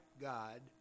God